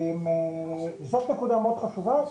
זאת נקודה מאוד חשובה,